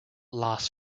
last